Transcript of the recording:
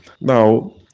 Now